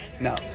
no